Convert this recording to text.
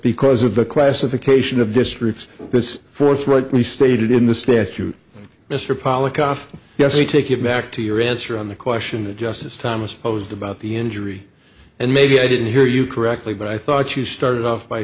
because of the classification of districts as forthrightly stated in the statute mr pollack off yes i take it back to your answer on the question of justice thomas opposed about the injury and maybe i didn't hear you correctly but i thought you started off by